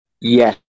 Yes